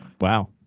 Wow